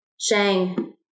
Shang